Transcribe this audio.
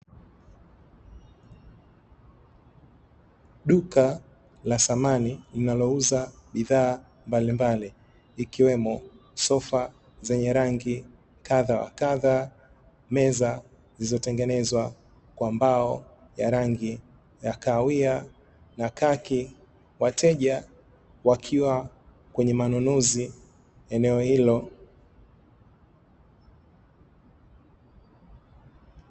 Duka la samani linalouza bidhaa mbalimbali ikiwemo sofa zenye rangi kadha wa kadha, meza zilizotengenezwa kwa mbao ya rangi ya kahawia na kaki, wateja wakiwa kwenye manunuzi eneo hilo.